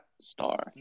star